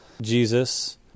Jesus